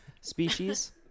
Species